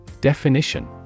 Definition